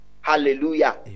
hallelujah